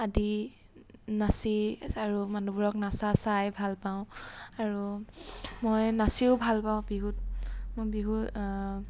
আদি নাচি আৰু মানুহবোৰক নাচা চাই ভাল পাওঁ আৰু মই নাচিও ভাল পাওঁ বিহুত মই বিহু